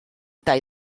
tall